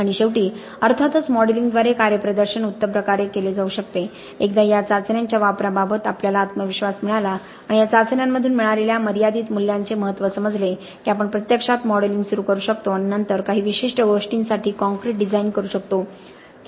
आणि शेवटी अर्थातच मॉडेलिंगद्वारे कार्यप्रदर्शन डिझाइन उत्तम प्रकारे पूर्ण केले जाऊ शकते एकदा या चाचण्यांच्या वापराबाबत आम्हाला आत्मविश्वास मिळाला आणि या चाचण्यांमधून मिळालेल्या मर्यादित मूल्यांचे महत्त्व समजले की आपण प्रत्यक्षात मॉडेलिंग सुरू करू शकतो आणि नंतर काही विशिष्ट गोष्टींसाठी काँक्रिट डिझाइन करू शकतो